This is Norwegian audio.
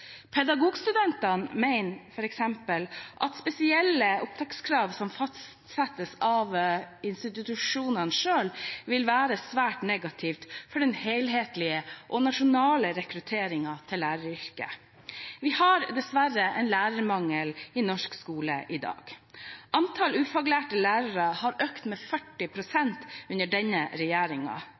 Pedagogstudentene mener f.eks. at spesielle opptakskrav som fastsettes av institusjonene selv, vil være svært negativt for den helhetlige og nasjonale rekrutteringen til læreryrket. Vi har dessverre lærermangel i norsk skole i dag. Antall ufaglærte lærere har økt med 40 pst. under denne